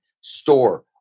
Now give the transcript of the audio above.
store